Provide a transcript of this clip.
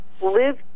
Live